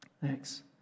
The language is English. Thanks